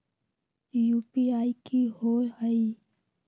UPI कि होअ हई?